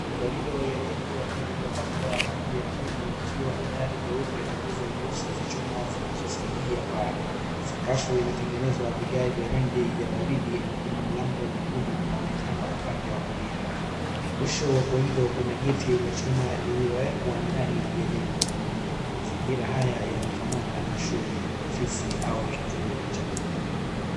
Korido ya jengo lililopakwa rangi ya krimu likiwa na dari jeupe na nguzo nyeusi za chuma zinazosaidia paa. Sakafu imetengenezwa vigae vya rangi ya baridi na kuna mlango mwekundu unaonekana upande wa kulia. Mwisho wa korido kuna geti la chuma lililowekwa ndani ya jengo. Mazingira haya yanafanana na shule, ofisi au kituo cha huduma.